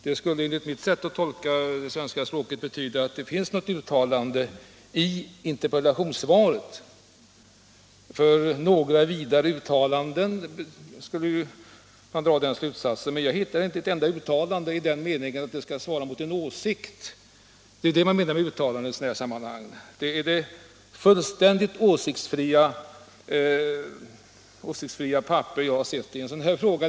Detta skulle enligt mitt sätt att tolka svenska språket betyda att det finns något uttalande i interpellationssvaret — av ”några vidare uttalanden” vill man ju dra den slutsatsen — men jag hittar inte ett enda uttalande i den meningen att där uttrycks en åsikt. Och det är ju det man menar med uttalande i sådana här sammanhang. Detta är det mest fullständigt åsiktsfria papper jag har sett i en sådan här fråga.